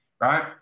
right